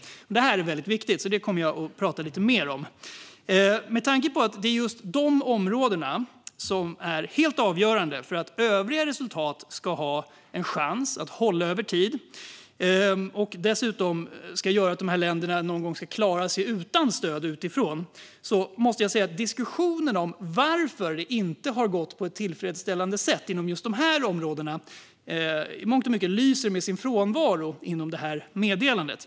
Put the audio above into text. Detta är väldigt viktigt, och jag tänker därför tala lite mer om det. Med tanke på att just dessa områden är helt avgörande för att övriga resultat ska ha en chans att hålla över tid och för att länderna någon gång ska klara sig utan stöd utifrån måste jag säga att diskussionen om varför det inte har gått på ett tillfredsställande sätt inom dessa områden i mångt och mycket lyser med sin frånvaro i meddelandet.